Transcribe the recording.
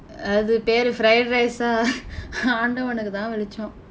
அது பெயரு:athu peyaru fried rice ah ஆண்டவனுக்கு தான் வெளிச்சம்:aandavanukku thaan velichsam